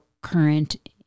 current